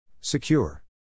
Secure